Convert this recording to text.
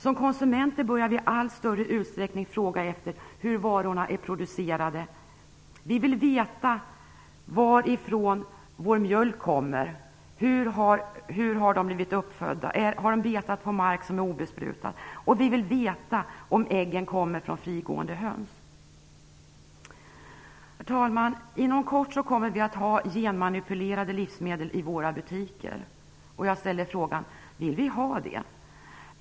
Som konsumenter börjar vi i allt större utsträckning fråga efter hur varorna är producerade. Vi vill veta varifrån mjölken kommer. Hur har korna blivit uppfödda? Har de betat på obesprutad mark? Vi vill veta om äggen kommer från frigående höns. Herr talman! Inom kort kommer vi att ha genmanipulerade livsmedel i våra butiker. Jag ställer frågan: Vill vi ha det?